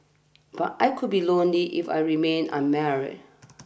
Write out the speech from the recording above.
but I could be lonely if I remained unmarried